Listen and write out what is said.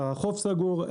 החוף סגור,